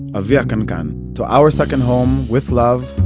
avi ha'kankan to our second home, with love,